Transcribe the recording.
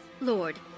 Lord